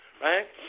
right